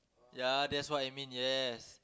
ya that's what I mean yes